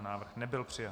Návrh nebyl přijat.